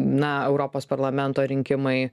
na europos parlamento rinkimai